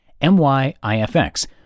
MYIFX